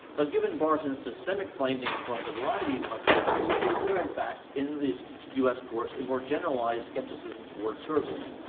but given barton's systemic finding across a variety of cases, is there, in fact, in the u s. courts, a more generalized skepticism towards surveys?